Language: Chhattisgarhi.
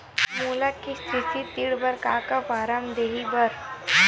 मोला के.सी.सी ऋण बर का का फारम दही बर?